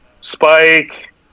Spike